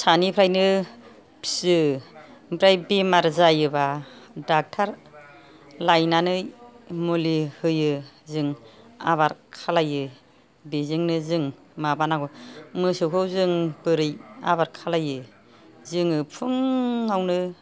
फिसानिफ्राइनो फिसियो ओमफ्राय बेराम जायोब्ला डाक्टार लायनानै मुलि होयो जों आबार खालामो बिजोंनो जों माबानांगौ मोसौखौ जों बोरै आबार खालामो जोङो फुङावनो